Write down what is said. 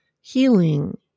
healing